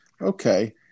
Okay